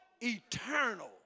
Eternal